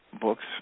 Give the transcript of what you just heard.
books